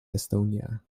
estonia